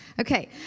Okay